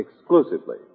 exclusively